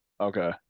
okay